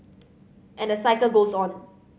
and the cycle goes on